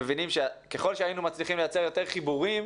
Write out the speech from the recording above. אנחנו מבינים שככל שהיינו מצליחים לייצר יותר חיבורים